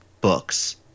books